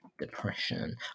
depression